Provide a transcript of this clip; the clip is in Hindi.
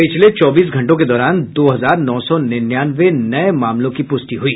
पिछले चौबीस घंटों के दौरान दो हजार नौ सौ निन्यानवे नये मामलों की पुष्टि हुई